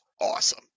awesome